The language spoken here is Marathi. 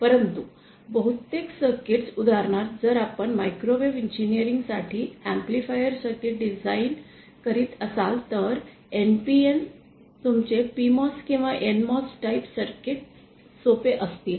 परंतु बहुतेक सर्किट्स उदाहरणार्थ जर आपण मायक्रोवेव्ह इंजीनियरिंग साठी एम्पलीफायर सर्किट डिझाइन करीत असाल तर NPN किंवा तुमचे PMOS किंवा NMOS टाइप सर्किट्स सोपे असतील